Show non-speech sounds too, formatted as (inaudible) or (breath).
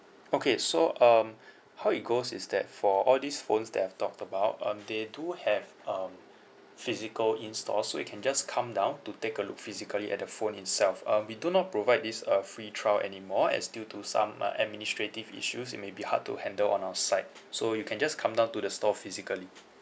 okay so um (breath) how it goes is that for all these phones that I've talked about um they do have um physical in store so you can just come down to take a look physically at the phone itself uh we do not provide this uh free trial anymore as due to some uh administrative issues it may be hard to handle on our side so you can just come down to the store physically